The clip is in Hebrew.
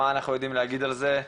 מה אנחנו יודעים להגיד על זה,